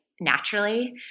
naturally